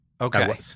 Okay